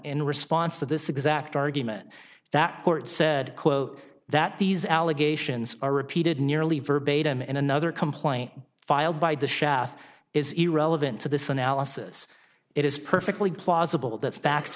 in response to this exact argument that court said quote that these allegations are repeated nearly verbatim in another complaint filed by the chef is irrelevant to this analysis it is perfectly plausible that